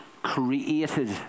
Created